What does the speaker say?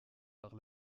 par